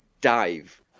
dive